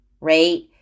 right